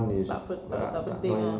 tak pen~ tak penting ah